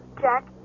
Jack